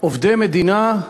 גם מעובדי מדינה,